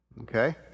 Okay